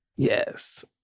Yes